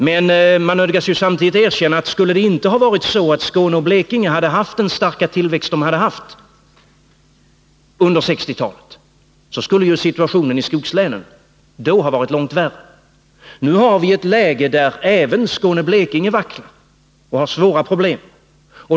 Men man nödgas samtidigt erkänna att om det inte hade varit så, att Skåne och Blekinge hade haft den starka tillväxt som de hade under 1960-talet, skulle situationen i skogslänen ha varit långt värre. Nu har vi ett läge där även Skåne-Blekinge vacklar och har svåra problem.